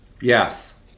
Yes